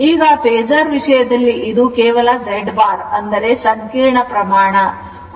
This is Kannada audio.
ಈಗ ಫೇಸರ್ ವಿಷಯದಲ್ಲಿ ಇದು ಕೇವಲ Z bar ಅಂದರೆ ಸಂಕೀರ್ಣ ಪ್ರಮಾಣ ವಾಗಿರುತ್ತದೆ